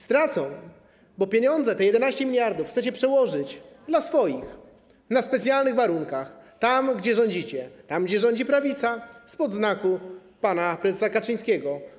Stracą, bo pieniądze, te 11 mld, chcecie przełożyć dla swoich, na specjalnych warunkach, tam gdzie rządzicie, tam gdzie rządzi prawica spod znaku pana prezesa Kaczyńskiego.